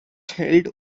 held